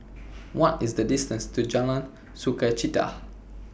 What IS The distance to Jalan Sukachita